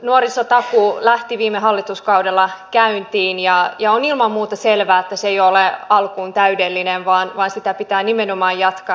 nuorisotakuu lähti viime hallituskaudella käyntiin ja on ilman muuta selvää että alkuun se ei ole täydellinen vaan sitä pitää nimenomaan jatkaa